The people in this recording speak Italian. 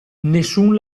nessun